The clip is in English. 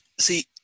See